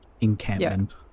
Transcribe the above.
encampment